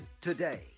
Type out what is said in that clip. today